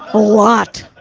a lot!